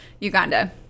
Uganda